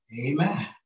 Amen